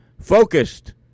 focused